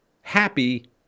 happy